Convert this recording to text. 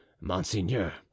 Monseigneur